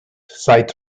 sight